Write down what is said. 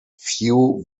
few